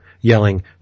yelling